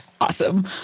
Awesome